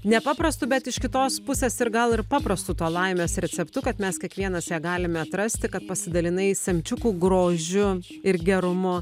nepaprastu bet iš kitos pusės ir gal ir paprastu tuo laimės receptu kad mes kiekvienas ją galime atrasti kad pasidalinai semčiukų grožiu ir gerumu